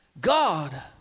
God